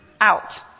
out